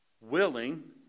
willing